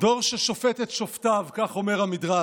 דור ששופט את שופטיו, כך אומר המדרש.